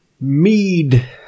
mead